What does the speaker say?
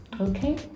okay